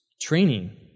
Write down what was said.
training